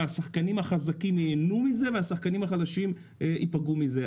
שהשחקנים החזקים ייהנו מזה והשחקנים החלשים ייפגעו מזה.